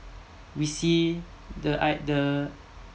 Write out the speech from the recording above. we see the I the